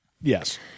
Yes